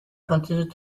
continued